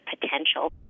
potential